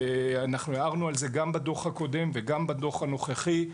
אנחנו הערנו על זה גם בדוח הקודם וגם בדוח הנוכחי,